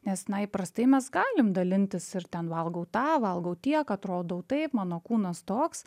nes na įprastai mes galim dalintis ir ten valgau tą valgau tiek atrodau taip mano kūnas toks